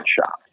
shop